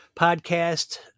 podcast